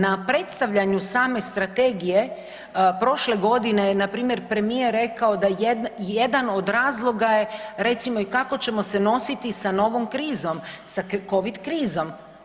Na predstavljanju same strategije prošle godine je npr. premijer rekao da jedan od razloga je recimo i kako ćemo se nositi sa novom krizom, sa Covid krizom.